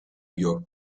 york